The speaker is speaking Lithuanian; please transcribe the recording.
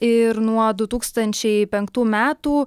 ir nuo du tūkstančiai penktų metų